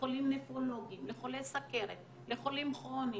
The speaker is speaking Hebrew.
לחולים נפרולוגים, לחולי סכרת, לחולים כרוניים.